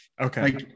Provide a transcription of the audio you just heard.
Okay